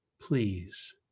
Please